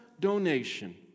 donation